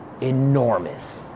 enormous